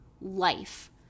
life